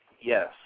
Yes